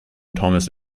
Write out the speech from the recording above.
thomas